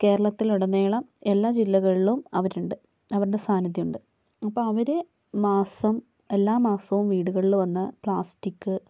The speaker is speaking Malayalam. കേരളത്തിലുടനീളം എല്ലാ ജില്ലകളിലും അവരുണ്ട് അവരുടെ സാനിധ്യമുണ്ട് അപ്പോൾ അവര് മാസം എല്ലാ മാസവും വീടുകളിൽ വന്ന് പ്ലാസ്റ്റിക്